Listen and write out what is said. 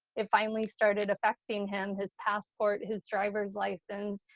it finally started affecting him, his passport, his driver's license.